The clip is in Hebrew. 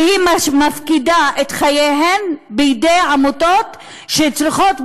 ומפקידה את חייהן בידי עמותות שצריכות,